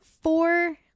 four